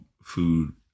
food